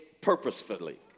purposefully